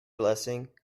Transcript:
blessing